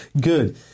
Good